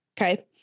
Okay